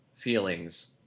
feelings